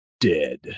dead